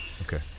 okay